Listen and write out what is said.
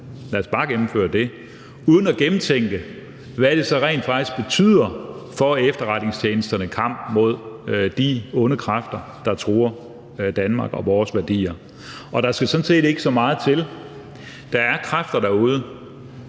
uden at gennemtænke, hvad det rent faktisk betyder for efterretningstjenesternes kamp mod de onde kræfter, der truer Danmark og vores værdier. Og der skal sådan set ikke så meget til. Der er kræfter derude,